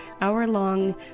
hour-long